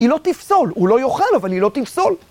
היא לא תפסול, הוא לא יאכל, אבל היא לא תפסול.